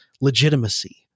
legitimacy